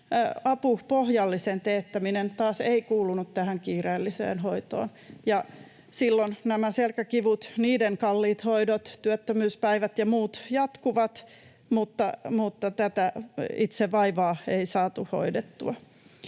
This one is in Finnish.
apupohjallisen teettäminen taas ei kuulunut tähän kiireelliseen hoitoon, ja silloin nämä selkäkivut, niiden kalliit hoidot, työttömyyspäivät ja muut jatkuivat mutta tätä itse vaivaa ei saatu hoidettua.